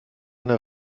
eine